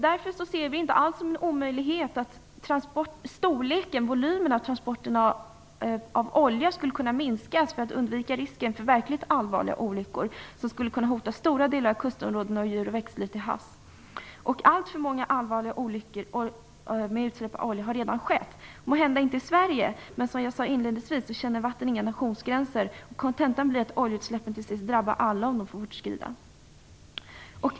Därför ser vi det inte alls som en omöjlighet att volymen transporterad olja skulle kunna minskas. Då skulle vi undvika risken för verkligt allvarliga olyckor som skulle hota stora delar av kustområdena och djur och växtliv till havs. Alltför många allvarliga olyckor med utsläpp av olja har redan skett, måhända inte i Sverige. Men som jag sade inledningsvis känner vatten inga nationsgränser. Kontentan blir att oljeutsläppen till sist drabbar alla, om de får fortskrida.